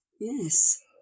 Yes